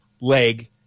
leg